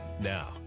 Now